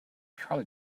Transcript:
probably